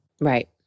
Right